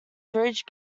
bridge